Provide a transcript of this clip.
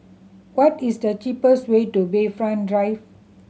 what is the cheapest way to Bayfront Drive